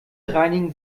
reinigen